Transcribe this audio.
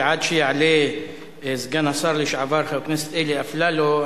ועד שיעלה סגן השר לשעבר חבר הכנסת אלי אפללו,